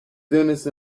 dentist